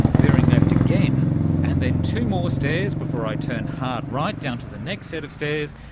veering left again and then two more stairs, before i turn hard right down to the next set of stairs,